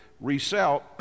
resell